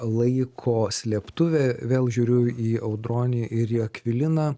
laiko slėptuvė vėl žiūriu į audronį ir į akviliną